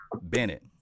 Bennett